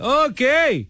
okay